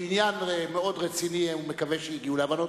בעניין מאוד רציני הוא מקווה שהגיעו להבנות,